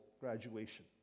graduation